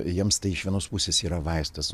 jiems tai iš vienos pusės yra vaistas